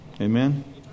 Amen